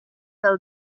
del